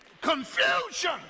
confusion